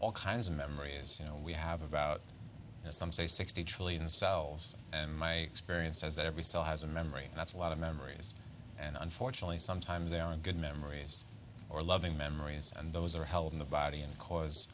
all kinds of memories you know we have about as some say sixty trillion cells and my experience says that every cell has a memory and that's a lot of memories and unfortunately sometimes they aren't good memories or loving memories and those are held in the body and cause